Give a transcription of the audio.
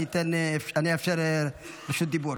אאפשר רשות דיבור.